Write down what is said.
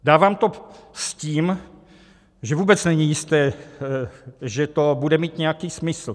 Dávám to s tím, že vůbec není jisté, že to bude mít nějaký smysl.